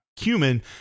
human